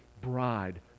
bride